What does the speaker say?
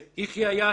זה יחיא עיאש,